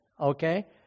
Okay